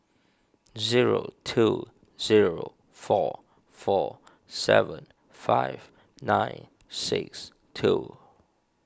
zero two zero four four seven five nine six two